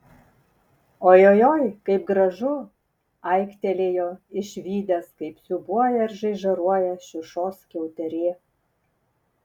ojojoi kaip gražu aiktelėjo išvydęs kaip siūbuoja ir žaižaruoja šiušos skiauterė